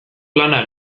lana